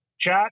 chat